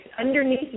underneath